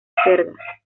cerda